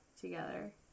together